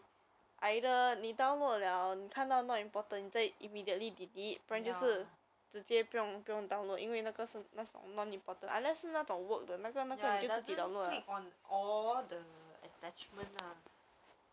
no ah but when you click is already downloading mah how do you know what is the thing because it's a blur when you haven't download is blurry mah so how how do you know you might